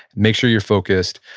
make sure you're focused.